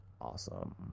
awesome